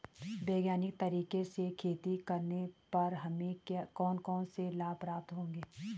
वैज्ञानिक तरीके से खेती करने पर हमें कौन कौन से लाभ प्राप्त होंगे?